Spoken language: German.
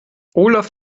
olaf